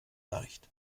leicht